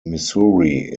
missouri